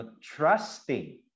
trusting